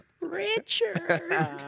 Richard